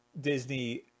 Disney